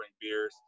beers